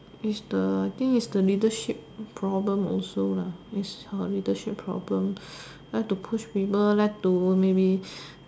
is the I think is the leadership problem also is her leadership problem like to push people like to maybe